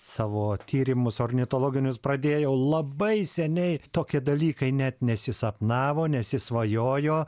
savo tyrimus ornitologinius pradėjau labai seniai tokie dalykai net nesisapnavo nesisvajojo